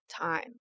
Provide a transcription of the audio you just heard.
time